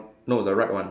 no the right one